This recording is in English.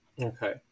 okay